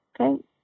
okay